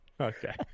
Okay